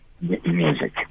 music